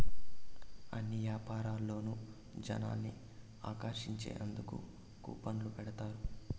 అన్ని యాపారాల్లోనూ జనాల్ని ఆకర్షించేందుకు కూపన్లు పెడతారు